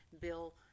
bill